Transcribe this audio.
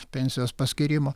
pensijos paskyrimo